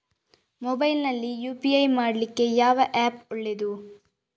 Mobile ನಲ್ಲಿ UPI ಮಾಡ್ಲಿಕ್ಕೆ ಯಾವ ಆ್ಯಪ್ ಒಳ್ಳೇದು?